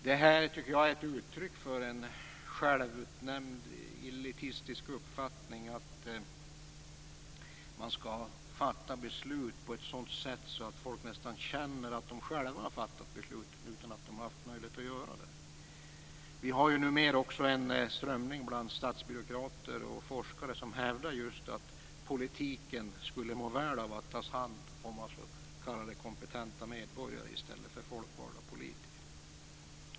Det här är som jag ser det ett uttryck för en självutnämnd elitistisk uppfattning om att beslut skall fattas på ett sådant sätt att folk nästan känner att de själva har fattat besluten, utan att de egentligen har haft möjlighet att göra det. Vi har numera också en strömning bland statsbyråkrater och forskare som hävdar just att politiken skulle må väl av att tas om hand av s.k. kompetenta medborgare i stället för av folkvalda politiker.